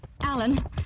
Alan